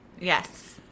Yes